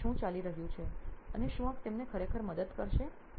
તો અહીં શું ચાલી રહ્યું છે અને શું આ તેમને ખરેખર મદદ કરશે